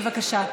חוק ומשפט.